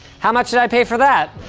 how much did i pay for that?